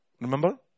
Remember